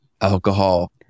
alcohol